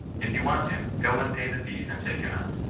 if you want him, go and pay the fees and take him out.